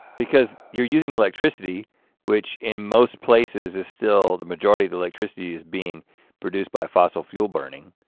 because you're using electricity which in most places is still the majority of electricity is being produced by fossil fuel burning,